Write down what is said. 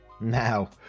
now